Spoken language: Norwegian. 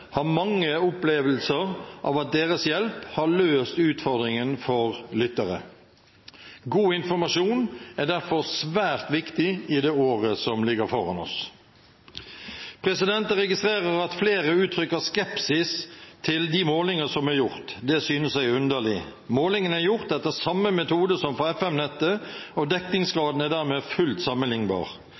har mange opplevelser av at deres hjelp har løst utfordringen for lyttere. God informasjon er derfor svært viktig i det året som ligger foran oss. Jeg registrerer at flere uttrykker skepsis til de målinger som er gjort. Det synes jeg er underlig. Målingene er gjort etter samme metode som for FM-nettet, og dekningsgraden er dermed fullt sammenlignbar.